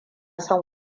son